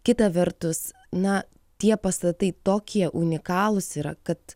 kita vertus na tie pastatai tokie unikalūs yra kad